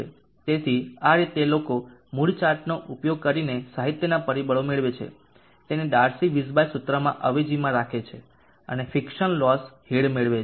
તેથી આ રીતે લોકો મૂડ્ડ ચાર્ટનો ઉપયોગ કરીને સાહિત્યના પરિબળો મેળવે છે તેને ડાર્સી વિઝબાચ સૂત્રમાં અવેજીમાં રાખે છે અને ફિક્સન લોસ હેડ મેળવે છે